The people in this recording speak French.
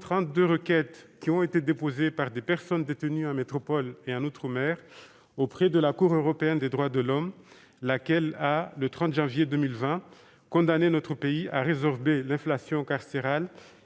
trente-deux requêtes ont été déposées par des personnes détenues en métropole et en outre-mer auprès de la Cour européenne des droits de l'homme, laquelle a, le 30 janvier 2020, condamné notre pays à résorber l'inflation carcérale